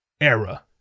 era